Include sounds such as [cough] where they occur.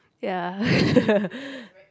ya [laughs]